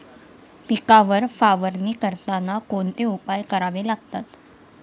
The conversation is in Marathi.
पिकांवर फवारणी करताना कोणते उपाय करावे लागतात?